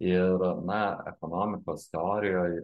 ir na ekonomikos teorijoj